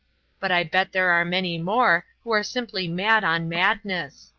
but i bet there are many more who are simply mad on madness.